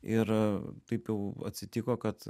ir taip jau atsitiko kad